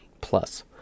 plus